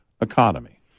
economy